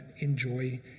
enjoy